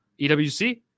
EWC